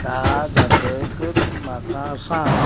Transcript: धा जातकच म्हाका सांग